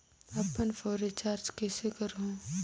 अपन phone recharge कइसे करहु?